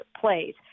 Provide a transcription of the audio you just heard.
plays